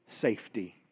safety